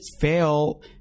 fail